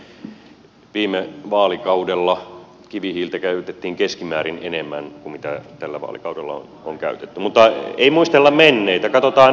tuossa ympäristöministeri tiesi valistaa että viime vaalikaudella kivihiiltä käytettiin keskimäärin enemmän kuin tällä vaalikaudella on käytetty mutta ei muistella menneitä katsotaan eteenpäin